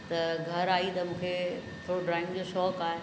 त घरु आई त मूंखे थोरो ड्रॉइंग जो शौक़ु आहे